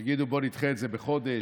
יגידו: בואו נדחה את זה בחודש,